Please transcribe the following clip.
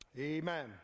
Amen